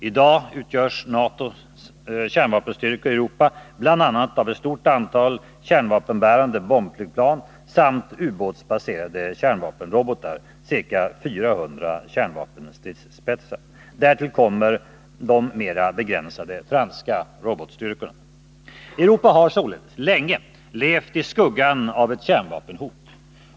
I dag utgörs NATO-sidans kärnvapenstyrkor i Europa bl.a. av ett stort antal kärnvapenbärande bombflygplan samt ubåtsbaserade kärnvapenrobotar — ca 400 kärnvapenstridsspetsar. Därtill kommer de mera begränsade franska robotstyrkorna. Europa har således länge levt i skuggan av ett kärnvapenhot.